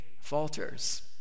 falters